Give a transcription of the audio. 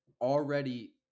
Already